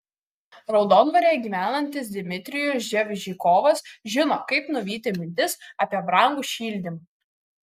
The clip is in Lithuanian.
raudondvaryje gyvenantis dmitrijus ževžikovas žino kaip nuvyti mintis apie brangų šildymą